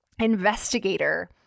investigator